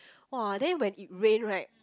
!wah! then when it rain right